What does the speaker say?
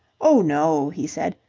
oh, no, he said.